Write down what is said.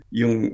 yung